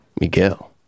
Miguel